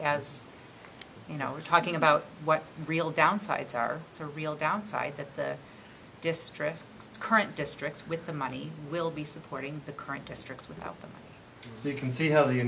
as you know we're talking about what the real downsides are it's a real downside that the distressed current districts with the money will be supporting the current districts without them you can see how the